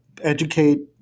educate